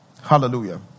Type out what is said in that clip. Hallelujah